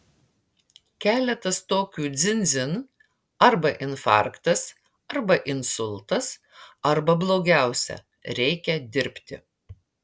keletas tokių dzin dzin arba infarktas arba insultas arba blogiausia reikia dirbti